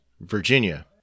Virginia